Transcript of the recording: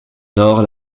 nord